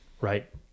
right